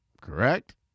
Correct